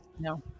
No